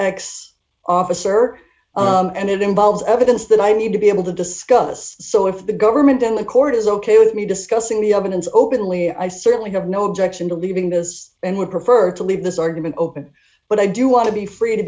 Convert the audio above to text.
ex officer and it involves evidence that i need to be able to discuss so if the government and the court is ok with me discussing the evidence openly i certainly have no objection to leaving this and would prefer to leave this argument open but i do want to be free to